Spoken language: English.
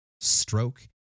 stroke